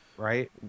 right